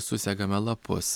susegame lapus